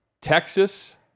Texas